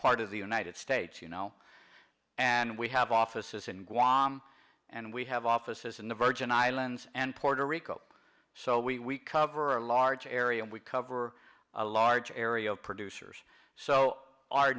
part of the united states you know and we have offices in guam and we have offices in the virgin islands and puerto rico so we cover a large area and we cover a large area of producers so our